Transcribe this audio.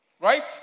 Right